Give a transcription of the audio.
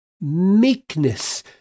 meekness